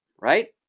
right?